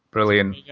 Brilliant